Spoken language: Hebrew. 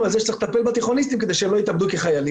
על כך שצריך לטפל בתיכוניסטים כדי שהם לא יתאבדו כחיילים.